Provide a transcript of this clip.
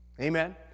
Amen